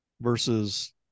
Versus